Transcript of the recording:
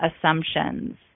assumptions